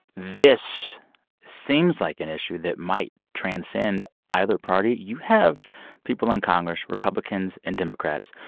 this seems like an issue that might transcend either party. you have people in congress, republicans and democrats,